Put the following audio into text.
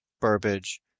Burbage